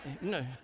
no